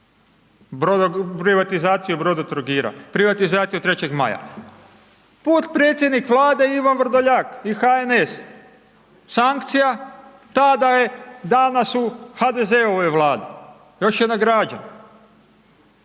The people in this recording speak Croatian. Privatizaciju 3. Maja? Put predsjednik Vlade i Ivan Vrdoljak i HNS. Sankcija, ta da je danas u HDZ-ovoj Vladi. Još je nagrađen.